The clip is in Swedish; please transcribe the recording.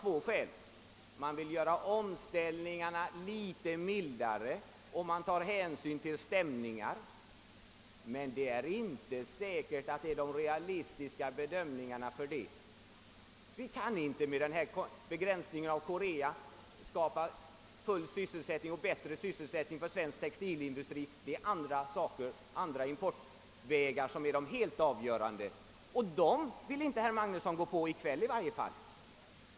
Regeringen har velat mildra omställningsprocessen och ta hänsyn till stämningar. Men det är ändå inte säkert att det rör sig om realistiska åtgärder eftersom vi inte genom begränsning av importen från Korea och liknande länder kan skapa full och bättre sysselsättning för svensk textilindustri. Andra importvägar är helt avgörande, men den importen vill herr Magnusson åtminstone inte i dag begränsa.